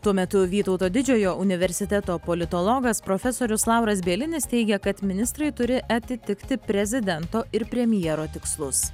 tuo metu vytauto didžiojo universiteto politologas profesorius lauras bielinis teigia kad ministrai turi atitikti prezidento ir premjero tikslus